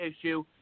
issue